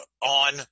on